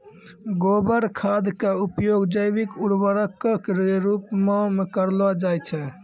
गोबर खाद के उपयोग जैविक उर्वरक के रुपो मे करलो जाय छै